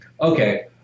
Okay